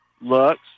Looks